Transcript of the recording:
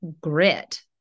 grit